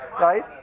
right